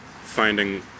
finding